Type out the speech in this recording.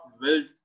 wealth